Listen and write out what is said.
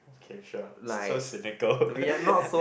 okay sure so cynical